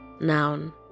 Noun